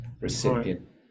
recipient